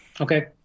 Okay